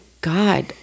God